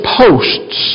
posts